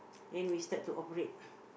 then we start to operate